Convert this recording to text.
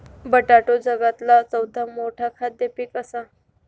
बटाटो जगातला चौथा मोठा खाद्य पीक असा